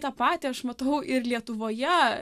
tą patį aš matau ir lietuvoje